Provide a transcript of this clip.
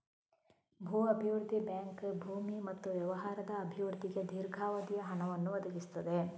ಭೂ ಅಭಿವೃದ್ಧಿ ಬ್ಯಾಂಕ್ ಭೂಮಿ ಮತ್ತು ವ್ಯವಹಾರದ ಅಭಿವೃದ್ಧಿಗೆ ದೀರ್ಘಾವಧಿಯ ಹಣವನ್ನು ಒದಗಿಸುತ್ತದೆ